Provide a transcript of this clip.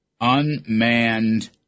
unmanned